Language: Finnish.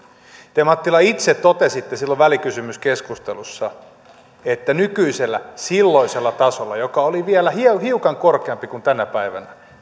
te mattila itse totesitte silloin välikysymyskeskustelussa että silloisella tasolla joka oli vielä hiukan korkeampi kuin tänä päivänä